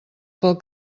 pel